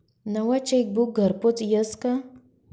नवं चेकबुक घरपोच यस का?